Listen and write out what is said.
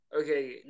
Okay